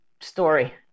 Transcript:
story